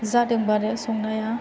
जादोंबो आरो संनाया